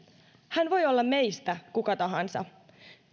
hän voi olla meistä kuka tahansa